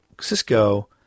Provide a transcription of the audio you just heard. Cisco